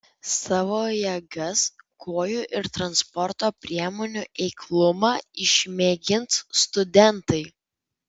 savo jėgas kojų ir transporto priemonių eiklumą išmėgins studentai